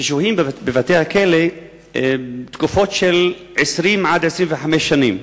ששוהים בבתי-הכלא תקופות של 20 עד 25 שנים.